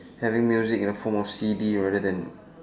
having music in the form of C_D rather than